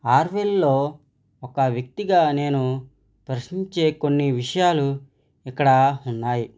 ఆర్వెల్లో ఒక వ్యక్తిగా నేను ప్రశ్నించే కొన్ని విషయాలు ఇక్కడ ఉన్నాయి